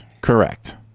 correct